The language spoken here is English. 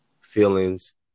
feelings